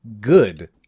good